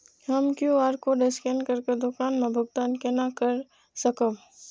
हम QR code scan करके दुकान में भुगतान केना कर सकब?